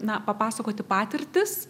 na papasakoti patirtis